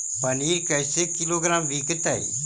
पनिर कैसे किलोग्राम विकतै?